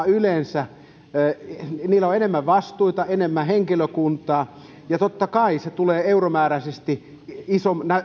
yleensä enemmän vastuita enemmän henkilökuntaa ja totta kai se näyttää euromääräisesti isommalta